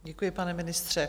Děkuji, pane ministře.